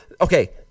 Okay